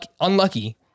unlucky